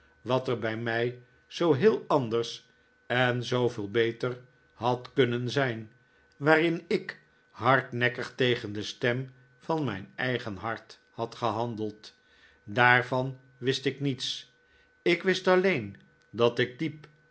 wat er bij mij zoo heel anders en zooveel beter had kunnen zijn waarin ik hardnekkig tegen de stem van mijn eigen hart had gehandeld daarvan wist ik niets ik wist alleen dat ik diep